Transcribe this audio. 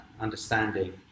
understanding